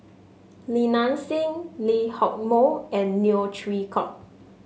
Li Nanxing Lee Hock Moh and Neo Chwee Kok